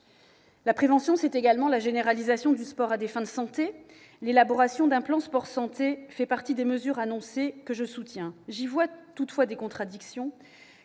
La prévention, c'est également la généralisation du sport à des fins de santé. L'élaboration d'un plan sport-santé fait partie des mesures annoncées que je soutiens. J'y vois toutefois des contradictions